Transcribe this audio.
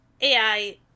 AI